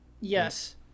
yes